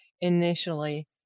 initially